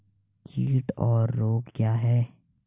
कीट और रोग क्या हैं?